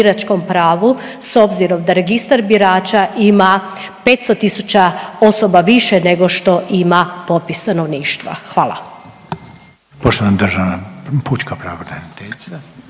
s obzirom da Registar birača ima 500 tisuća osoba više nego što ima popis stanovništva? Hvala.